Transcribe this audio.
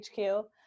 HQ